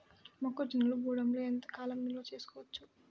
మొక్క జొన్నలు గూడంలో ఎంత కాలం నిల్వ చేసుకోవచ్చు?